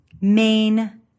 main